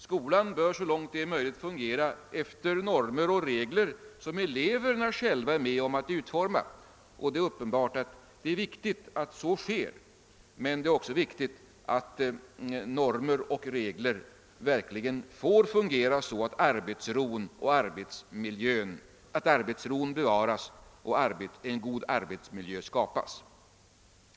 »Skolan bör så långt det är möjligt fungera efter normer och regler, som eleverna själva är med om att utforma», och det är uppenbart att det är riktigt att så sker, men det är också viktigt att normer och regler verkligen får fungera, så att arbetsron bevaras och en god arbetsmiljö skapas.